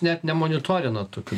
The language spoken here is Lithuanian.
net nemonitorinat tokių